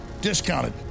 discounted